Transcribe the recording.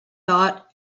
thought